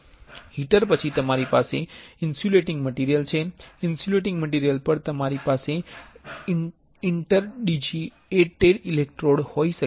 heater પછી તમારી પાસે ઇન્સ્યુલેટીંગ મટિરિયલ છે ઇન્સ્યુલેટીંગ મટિરિયલ પર તમારી પાસે ઇન્ટરડિજિટેટેડ ઇલેક્ટ્રોડ હોઈ શકે છે